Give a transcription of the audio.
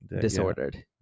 disordered